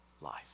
life